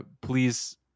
please